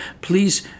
please